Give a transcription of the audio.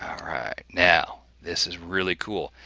um alright. now, this is really cool.